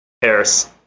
paris